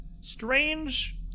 strange